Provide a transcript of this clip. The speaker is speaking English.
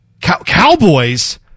Cowboys